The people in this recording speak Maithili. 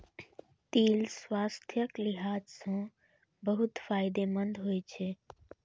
तिल स्वास्थ्यक लिहाज सं बहुत फायदेमंद होइ छै